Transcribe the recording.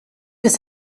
des